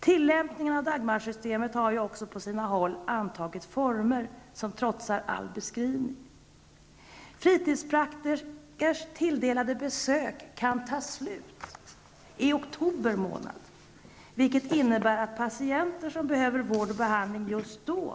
Tillämpningen av Dagmarsystemet har ju också på sina håll antagit former som trotsar all beskrivning. Fritidspraktikers tilldelade besök kan ''ta slut'' i oktober månad, vilket innebär att patienter som behöver vård och behandling just då